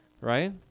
right